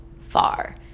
far